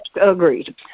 agreed